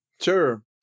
Sure